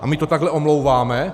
A my to takhle omlouváme?